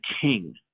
king